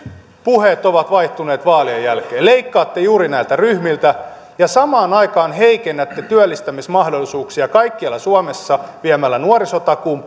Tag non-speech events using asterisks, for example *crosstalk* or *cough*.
puheet ovat vaihtuneet vaalien jälkeen leikkaatte juuri näiltä ryhmiltä ja samaan aikaan heikennätte työllistämismahdollisuuksia kaikkialla suomessa viemällä nuorisotakuun *unintelligible*